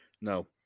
No